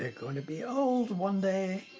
they're going to be old one day.